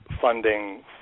funding